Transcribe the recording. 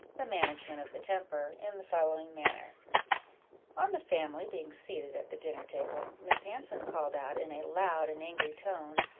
the management of the temper, in the following manner on the family being seated at the dinner-table, miss hanson called out, in a loud and angry tone,